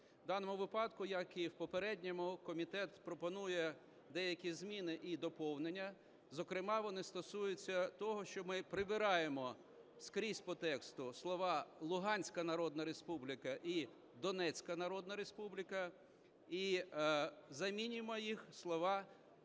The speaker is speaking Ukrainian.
В даному випадку, як і в попередньому, комітет пропонує деякі зміни і доповнення, зокрема вони стосуються того, що ми прибираємо скрізь по тексту слова "Луганська народна республіка" і "Донецька народна республіка" і замінюємо їх на слова "незаконні утворення".